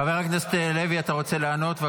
חבר הכנסת לוי, אתה רוצה לענות?